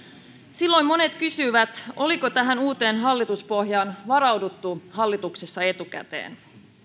silloin monet kysyivät oliko tähän uuteen hallituspohjaan varauduttu hallituksessa etukäteen